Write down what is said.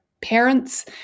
Parents